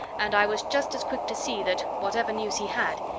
and i was just as quick to see that, whatever news he had,